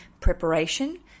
preparation